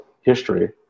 history